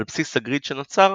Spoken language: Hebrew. על בסיס הגריד שנוצר